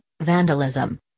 vandalism